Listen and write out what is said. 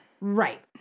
Right